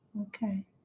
Okay